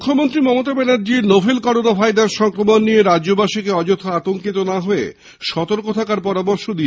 মুখ্যমন্ত্রী Mamata Banerjee novel corona virus সংক্রমণ নিয়ে রাজ্যবাসীকে অযথা আতঙ্কিত না হয়ে সতর্ক থাকার পরামর্শ দিয়েছেন